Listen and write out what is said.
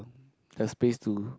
the space to